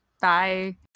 Bye